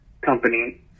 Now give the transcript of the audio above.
company